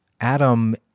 Adam